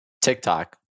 TikTok